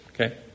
Okay